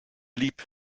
blieb